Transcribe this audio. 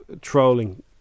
trolling